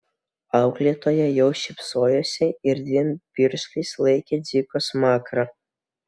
auklėtoja jau šypsojosi ir dviem pirštais laikė dziko smakrą